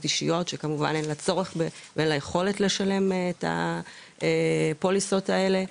אישיות שאין לה צורך ואין לה יכולת לשלם את הפוליסות האלה.